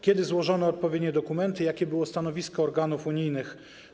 Kiedy złożono odpowiednie dokumenty i jakie było stanowisko organów unijnych?